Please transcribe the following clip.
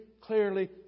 clearly